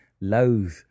loathe